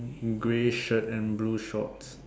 grey shirt and blue shorts